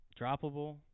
droppable